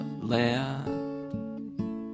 land